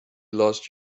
lost